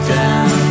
down